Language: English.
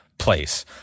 place